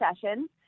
sessions